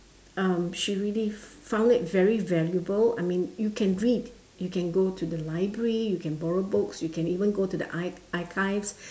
um she really found it very valuable I mean you can read you can go to the library you can borrow books you can even go to the ar~ archives